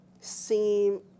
seem